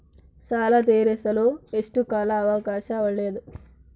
ಸಾಲ ತೇರಿಸಲು ಎಷ್ಟು ಕಾಲ ಅವಕಾಶ ಒಳ್ಳೆಯದು?